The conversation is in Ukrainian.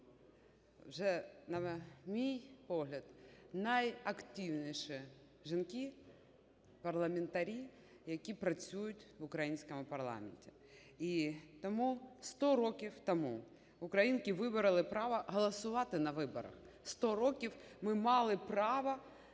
вже, на мій погляд, найактивніші - жінки-парламентарі, які працюють в українському парламенті. І тому сто років тому українки вибороли право голосувати на виборах, сто років ми мали право